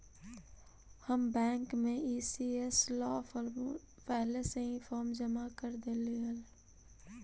हम बैंक में ई.सी.एस ला पहले से ही फॉर्म जमा कर डेली देली हल